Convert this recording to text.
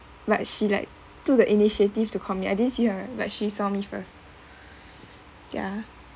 but she like took the initiative to call me I didn't see her but she saw me first ya